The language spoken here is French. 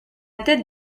tête